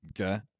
Okay